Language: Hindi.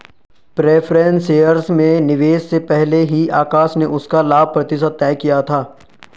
प्रेफ़रेंस शेयर्स में निवेश से पहले ही आकाश ने उसका लाभ प्रतिशत तय किया था